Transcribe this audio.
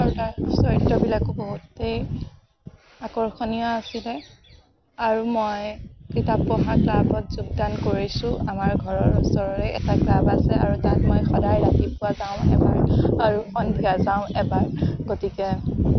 আৰু তাৰ চৰিত্ৰবিলাকো বহুতেই আকৰ্ষণীয় আছিলে আৰু মই কিতাপ পঢ়া ক্লাবত যোগদান কৰিছোঁ আমাৰ ঘৰৰ ওচৰৰে এটা ক্লাব আছে আৰু তাত মই সদায় ৰাতিপুৱা যাওঁ এবাৰ আৰু সন্ধিয়া যাওঁ এবাৰ গতিকে